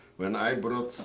when i brought